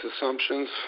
assumptions